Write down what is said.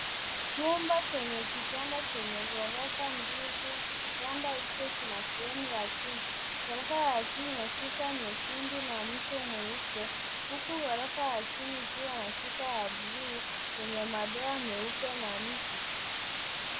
Chumba chenye kitanda chenye ghorofa mbili. Kitanda hicho kina sehemu ya juu. Ghorofa ya juu inashuka nyekundu na mtu mweupe, huku ghorofa ya chini ikiwa na shuka ya bluu lenye madoa meupe na mtu.